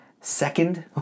second